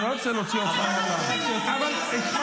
תתפטר אתה.